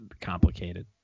complicated